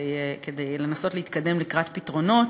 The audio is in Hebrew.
כדי לנסות להתקדם לקראת פתרונות.